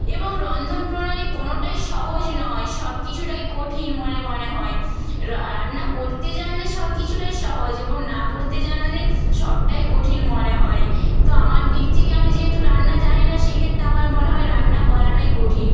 এবং রন্ধন প্রণালী কোনওটাই সহজ নয় সব কিছুটাই কঠিন মনে মনে হয় রান্না করতে জানলে সব কিছুই সহজ এবং না করতে জানলে সবটাই কঠিন মনে হয় তো আমার দিক থেকে আমি যেহেতু রান্না জানি না সেক্ষেত্রে আমার মনে হয় রান্না করাটাই কঠিন